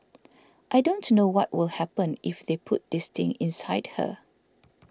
I don't know what will happen if they put this thing inside her